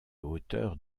auteurs